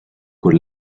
con